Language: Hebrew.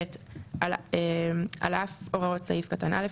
(ב) על אף הוראות סעיף קטן (א),